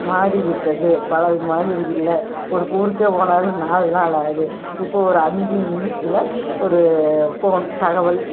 மாறிவிட்டது பழைய மாதிரி இல்லை ஒரு ஊருக்கு போனாலும் நாலு நாள் ஆகும் இப்போ ஒரு அஞ்சு நிமிடத்துல ஒரு போன் தகவல்